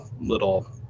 little